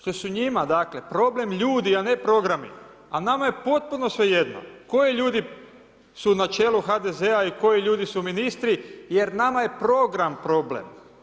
To su njima dakle, problem ljudi, a ne programi, a nama je potpuno svejedno koji ljudi su na čelu HDZ-a i koji ljudi su ministri jer nama je program problem.